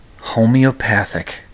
homeopathic